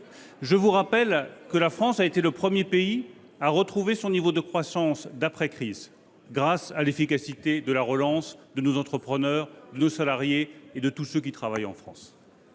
vous en réjouir. La France a été le premier pays à retrouver son niveau de croissance d’avant la crise grâce à l’efficacité de la relance, à nos entrepreneurs, à nos salariés et à tous ceux qui travaillent dans